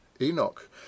Enoch